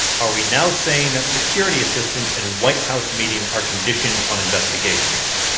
are we now saying that security assistance and white house meeting are conditioned on investigations?